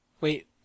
Wait